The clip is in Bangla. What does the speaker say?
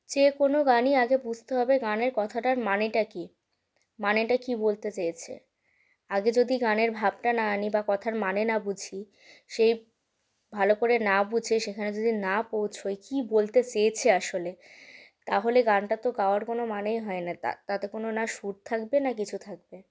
যে কোনও গানই আগে বুঝতে হবে গানের কথাটার মানেটা কী মানেটা কী বলতে চেয়েছে আগে যদি গানের ভাবটা না আনি বা কথার মানে না বুঝি সে ভালো করে না বুঝে সেখানে যদি না পৌঁছই কী বলতে চেয়েছে আসলে তাহলে গানটা তো গাওয়ার কোনও মানেই হয় না তাতে কোনও না সুর থাকবে না কিছু থাকবে